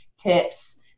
tips